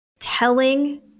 telling